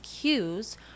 cues